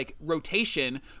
rotation